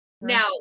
Now